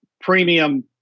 premium